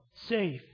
safe